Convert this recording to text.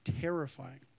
terrifying